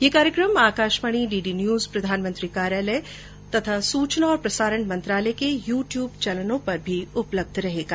ये कार्यक्रम Akashvani DD news प्रधानमंत्री कार्यालय तथा सूचना और प्रसारण मंत्रालय के यू ट्यूब चैनलों पर उपलब्ध रहेगा